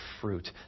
fruit